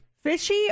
Fishy